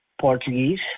Portuguese